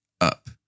up